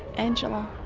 angela.